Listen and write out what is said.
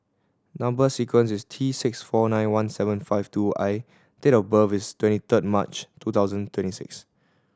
number sequence is T six four nine one seven five two I date of birth is twenty third March two thousand twenty six